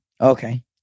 Okay